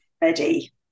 ready